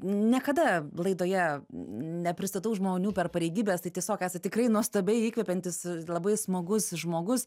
niekada laidoje nepristatau žmonių per pareigybes tai tiesiog esat tikrai nuostabiai įkvepiantis labai smagus žmogus